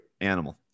animal